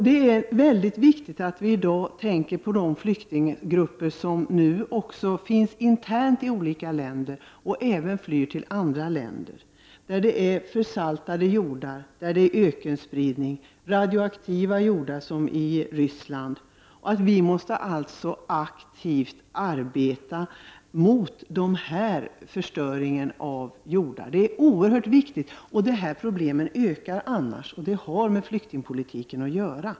Det är väldigt viktigt att vi i dag tänker på de flyktinggrupper som finns internt i olika länder eller som flyr till andra länder på grund av försaltade jordar, ökenspridning eller radioaktiva jordar som i Ryssland. Vi måste aktivt arbeta mot denna förstöring av jordarna. Det är oerhört viktigt, eftersom dessa problem annars ökar. Detta har med flyktingpolitiken att göra.